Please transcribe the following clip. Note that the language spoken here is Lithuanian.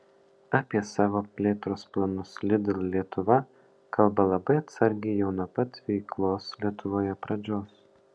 apie savo plėtros planus lidl lietuva kalba labai atsargiai jau nuo pat veiklos lietuvoje pradžios